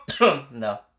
No